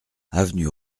avenue